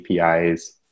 APIs